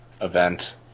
event